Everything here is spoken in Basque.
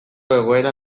egoera